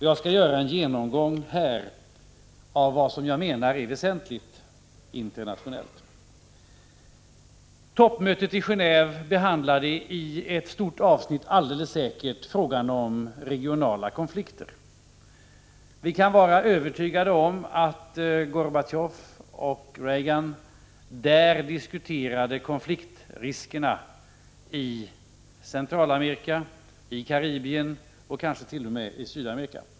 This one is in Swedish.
Jag skall göra en genomgång av vad jag menar är väsentligt, internationellt sett. Toppmötet i Genåve behandlade i ett stort avsnitt alldeles säkert frågan om regionala konflikter. Vi kan vara övertygade om att Gorbatjov och Reagan där diskuterade konfliktriskerna i Centralamerika, i Karibien och kanske t.o.m. i Sydamerika.